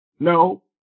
No